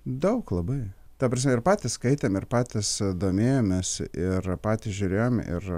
daug labai ta prasme ir patys skaitėm ir patys domėjomės ir patys žiūrėjom ir